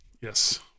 Yes